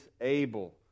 able